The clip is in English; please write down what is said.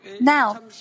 Now